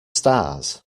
stars